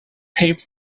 pave